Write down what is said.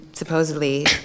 supposedly